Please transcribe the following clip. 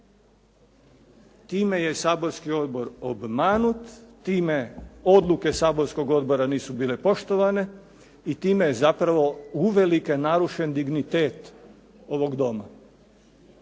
Time je saborski odbor obmanut, time odluke saborske odbora nisu bile poštovane i time je zapravo uvelike narušen dignitet ovog Doma.